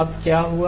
अब क्या हुआ